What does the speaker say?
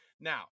Now